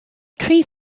tree